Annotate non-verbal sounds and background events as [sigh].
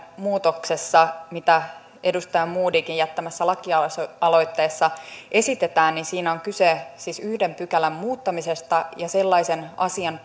muutoksessa mitä edustaja modigin jättämässä lakialoitteessa esitetään on kyse siis yhden pykälän muuttamisesta ja sellaisen asian [unintelligible]